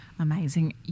Amazing